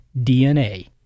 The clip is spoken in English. DNA